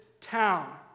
town